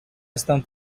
stąd